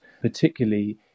particularly